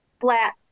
flat